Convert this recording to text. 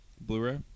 Blu-ray